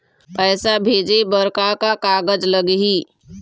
पैसा भेजे बर का का कागज लगही?